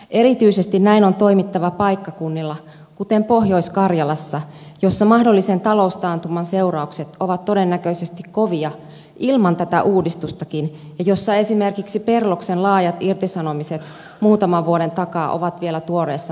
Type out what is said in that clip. erityisesti näin on toimittava sellaisilla paikkakunnilla kuin pohjois karjala jossa mahdollisen taloustaantuman seuraukset ovat todennäköisesti kovia ilman tätä uudistustakin ja jossa esimerkiksi perloksen laajat irtisanomiset muutaman vuoden takaa ovat vielä tuoreessa muistissa